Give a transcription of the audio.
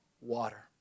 water